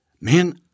man